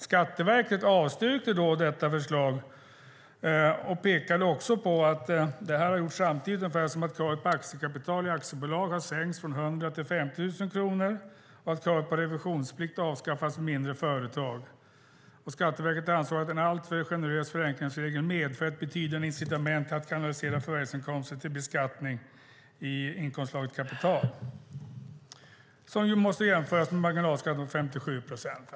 Skatteverket avstyrkte då detta förslag och pekade på att det här har gjorts samtidigt som kravet på aktiekapital i aktiebolag har sänkts från 100 000 till 50 000 kronor och att kravet på revisionsplikt har avskaffats för mindre företag. Skatteverket ansåg att den alltför generösa förenklingsregeln medför ett betydande incitament till att kanalisera företagsinkomster till beskattning av kapital, vilket ju måste jämföras med marginalskatten på 57 procent.